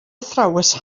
athrawes